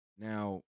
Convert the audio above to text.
Now